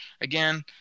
again